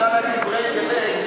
הוא רצה להגיד break a leg,